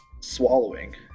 swallowing